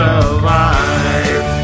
alive